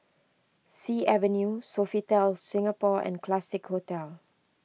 Sea Avenue Sofitel Singapore and Classique Hotel